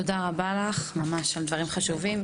תודה רבה לך על דברייך החשובים.